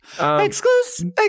Exclusive